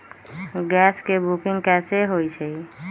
Gas के booking कैसे होईछई?